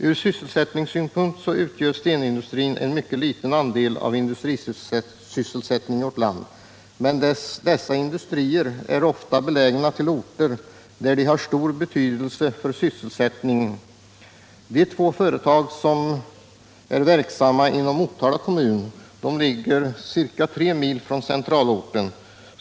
Ur sysselsättningssynpunkt ger stenindustrierna en mycket liten andel av industrisysselsättningen i vårt land, men de är ofta belägna på orter där de har stor betydelse för sysselsättningen. De två företag som är verksamma inom Motala kommun ligger ca 3 mil från centralorten.